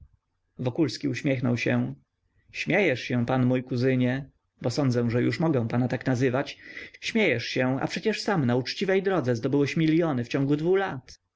wokulski uśmiechnął się śmiejesz się pan mój kuzynie bo sądzę że już mogę pana tak nazywać śmiejesz się a przecież sam na uczciwej drodze zdobyłeś miliony w ciągu dwu lat